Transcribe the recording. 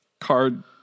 card